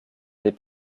des